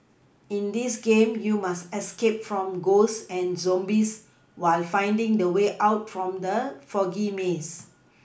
in this game you must escape from ghosts and zombies while finding the way out from the foggy maze